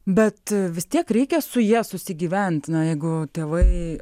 bet vis tiek reikia su ja susigyventi na jeigu tėvai